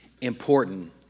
important